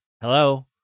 hello